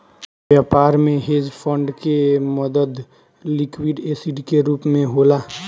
व्यापार में hedge fund के मदद लिक्विड एसिड के रूप होला